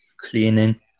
cleaning